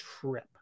trip